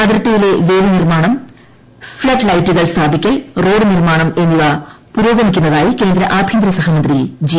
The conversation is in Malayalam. അതിർത്തിയിലെ വേലി നിർമ്മാണം ഫ്ളഡ് ലൈറ്റുകൾ സ്ഥാപിക്കൽ റോഡ് നിർമ്മാണം എന്നിവ പുരോഗമിക്കുന്നതായി കേന്ദ്ര ആഭ്യന്തര സഹമന്ത്രി ജി